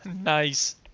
Nice